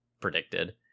predicted